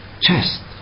chest